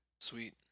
Sweet